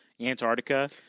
Antarctica